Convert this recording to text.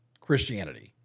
Christianity